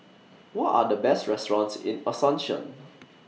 What Are The Best restaurants in Asuncion